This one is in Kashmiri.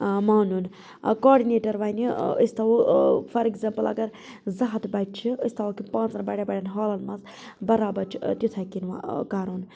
مانُن کاڈنیٹَر وَنہِ أسۍ تھوو فار ایٚکزامپٕل اَگَر زٕ ہتھ بَچہِ چھِ أسۍ تھوہوکھ تِم پانژَن بَڑٮ۪ن بَڑٮ۪ن ہالَن منٛز بَرابر چھ تِتھے کٔنۍ کَرُن